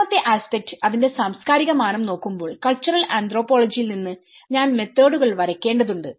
രണ്ടാമത്തെ ആസ്പെക്ട് അതിന്റെ സാംസ്കാരിക മാനം നോക്കുമ്പോൾ കൾച്ചറൽ ആന്ത്രോപോളജിയിൽ നിന്ന് ഞാൻ മെത്തോഡുകൾ വരയ്ക്കേണ്ടതുണ്ട്